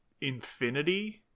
Infinity